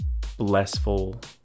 blessful